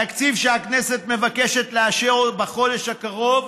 התקציב שהכנסת מבקשת לאשר בחודש הקרוב,